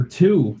two